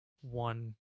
one